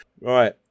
Right